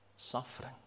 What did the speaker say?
suffering